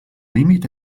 límit